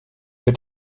wird